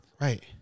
Right